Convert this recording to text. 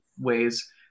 ways